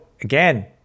again